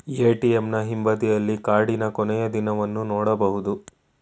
ಎ.ಟಿ.ಎಂನ ಹಿಂಬದಿಯಲ್ಲಿ ಕಾರ್ಡಿನ ಕೊನೆಯ ದಿನವನ್ನು ನೊಡಬಹುದು